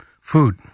food